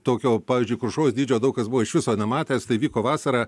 tokio pavyzdžiui krušos dydžio daug kas buvo iš viso nematęs tai vyko vasarą